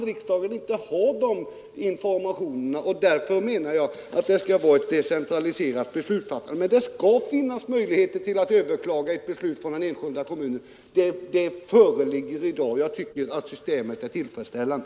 Riksdagen kan inte ha dessa informationer, och därför menar jag att det skall vara ett decentraliserat beslutsfattande. Dock skall det finnas möjligheter för den enskilda kommunen att överklaga ett beslut, och sådana föreligger i dag. Jag tycker att detta system är tillfredsställande.